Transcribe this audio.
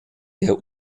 der